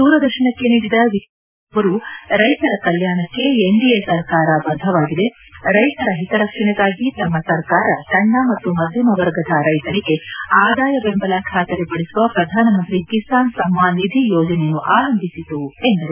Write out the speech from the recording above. ದೂರದರ್ಶನಕ್ಕೆ ನೀದಿದ ವಿಶೇಷ ಸಂದರ್ಶನದಲ್ಲಿ ಅವರು ರೈತರ ಕಲ್ಯಾಣಕ್ಕೆ ಎನ್ಡಿಎ ಸರ್ಕಾರ ಬದ್ದವಾಗಿದೆ ರೈತರ ಹಿತರಕ್ಷಣೆಗಾಗಿ ತಮ್ಮ ಸರ್ಕಾರ ಸಣ್ಣ ಮತ್ತು ಮಧ್ಯಮ ವರ್ಗದ ರೈತರಿಗೆ ಆದಾಯ ಬೆಂಬಲ ಖಾತರಿಪಡಿಸುವ ಪ್ರಧಾನಮಂತ್ರಿ ಕಿಸಾನ್ ಸಮ್ಮಾನ್ ನಿಧಿ ಯೋಜನೆಯನ್ನು ಆರಂಭಿಸಿತು ಎಂದರು